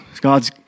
God's